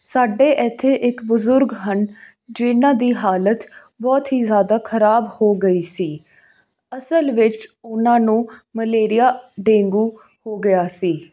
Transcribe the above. ਸਾਡੇ ਇੱਥੇ ਇੱਕ ਬਜ਼ੁਰਗ ਹਨ ਜਿਹਨਾਂ ਦੀ ਹਾਲਤ ਬਹੁਤ ਹੀ ਜ਼ਿਆਦਾ ਖਰਾਬ ਹੋ ਗਈ ਸੀ ਅਸਲ ਵਿੱਚ ਉਹਨਾਂ ਨੂੰ ਮਲੇਰੀਆ ਡੇਂਗੂ ਹੋ ਗਿਆ ਸੀ